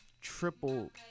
triple